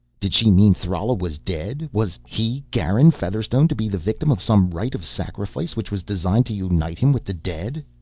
did she mean thrala was dead? was he, garin featherstone, to be the victim of some rite of sacrifice which was designed to unite him with the dead?